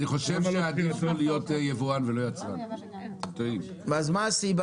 למה לא בחירתו?